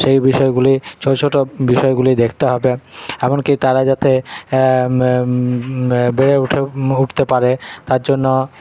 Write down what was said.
সেই বিষয়গুলি ছোটো ছোটো বিষয়গুলি দেখতে হবে এমনকী তারা যাতে বেড়ে ওঠার উঠতে পারে তার জন্য